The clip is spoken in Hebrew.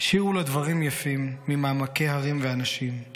"שירו לדברים יפים / מעִמקי הרים ואנשים /